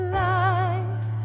life